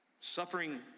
Suffering